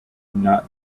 not